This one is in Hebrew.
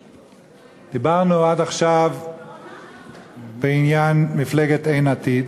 דיברנו עד עכשיו בעניין מפלגת אין עתיד,